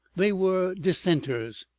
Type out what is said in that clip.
they were dissenters,